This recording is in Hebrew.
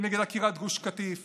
כנגד עקירת גוש קטיף